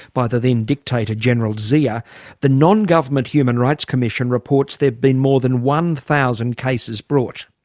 by the then dictator, general zia the non-government human rights commission reports there've been more than one thousand cases brought.